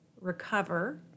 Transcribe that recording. recover